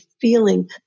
feeling